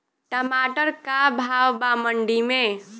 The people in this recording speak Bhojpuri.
टमाटर का भाव बा मंडी मे?